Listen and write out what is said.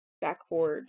backboard